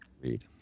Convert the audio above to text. read